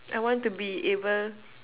I want to be able